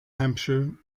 hampshire